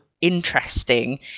interesting